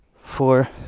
four